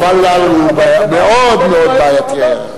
הוול"ל הוא מאוד מאוד בעייתי.